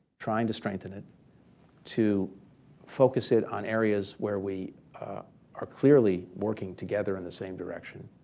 trying to strengthen it to focus it on areas where we are clearly working together in the same direction.